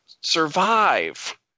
survive